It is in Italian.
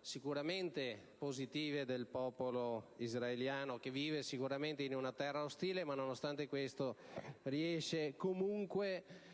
sicuramente positive del popolo israeliano, che vive certamente in una terra ostile ma, nonostante questo, riesce comunque